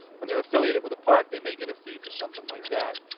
when they're affiliated with a park, they may get a fee for something like that.